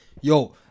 Yo